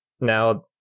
now